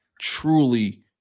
truly